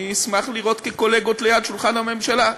אשמח לראות כקולגות ליד שולחן הממשלה.